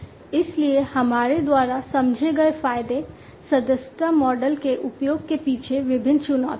इसलिए हमारे द्वारा समझे गए फायदे सदस्यता मॉडल के उपयोग के पीछे विभिन्न चुनौतियां हैं